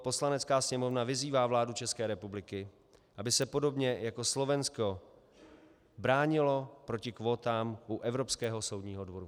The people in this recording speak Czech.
Poslanecká sněmovna vyzývá vládu České republiky, aby se podobně jako Slovensko bránila proti kvótám u Evropského soudního dvora.